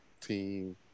team